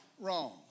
wrong